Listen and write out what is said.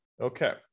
Okay